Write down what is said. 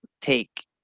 take